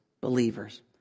believers